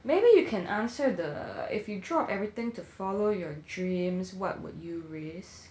maybe you can answer the if you drop everything to follow your dreams what would you risk